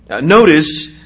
Notice